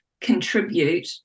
contribute